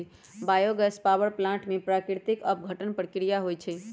bio gas power plant में प्राकृतिक अपघटन प्रक्रिया होइ छइ